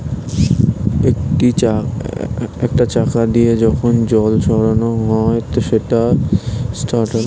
একটা চাকা দিয়ে যখন জল ছড়ানো হয় সেটাকে সেন্ট্রাল পিভট ইর্রিগেশনে